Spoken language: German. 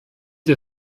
die